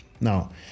Now